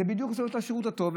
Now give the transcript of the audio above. זה בדיוק לעשות לו את השירות הטוב,